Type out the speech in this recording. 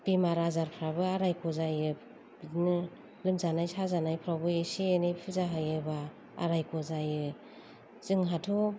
बेमार आजारफोराबो रेहाय जायो बिदिनो लोमजानाय साजानायफ्रावबो एसे एनै फुजा होयोब्ला रेहाय जायो जोंहाथ'